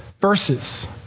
verses